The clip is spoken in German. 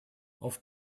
auf